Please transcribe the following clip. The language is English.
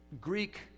Greek